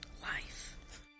Life